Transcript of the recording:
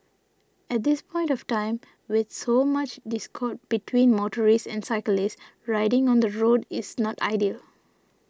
at this point of time with so much discord between motorists and cyclists riding on the road is not ideal